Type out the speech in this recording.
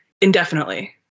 indefinitely